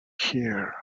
here